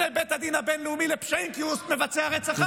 בית הדין הבין-לאומי לפשעים כי הוא מבצע רצח עם.